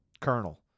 Colonel